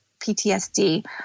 PTSD